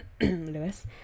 Lewis